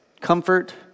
comfort